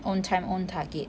own time own target